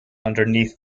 underneath